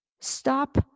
Stop